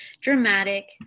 dramatic